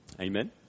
Amen